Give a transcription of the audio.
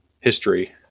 history